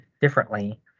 differently